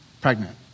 pregnant